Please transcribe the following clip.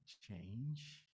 change